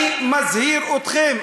אני מזהיר אתכם,